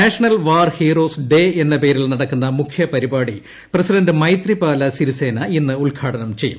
national War Heroes Day എന്ന പേരിൽ നടക്കുന്ന മുഖ്യ പരിപാടി പ്രസിഡന്റ് മൈത്രിപാല സിരിസേന ഇന്ന് ഉദ്ഘാടനം ചെയ്യും